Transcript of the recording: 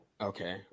Okay